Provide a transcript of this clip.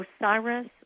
Osiris